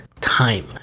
time